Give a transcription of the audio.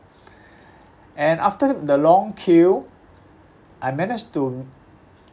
and after the the long queue I managed to